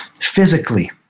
physically